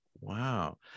Wow